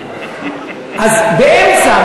אז באמצע,